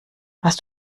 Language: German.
warst